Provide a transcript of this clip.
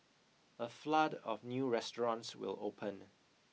a flood of new restaurants will open